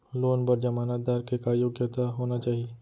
Loan बर जमानतदार के का योग्यता होना चाही?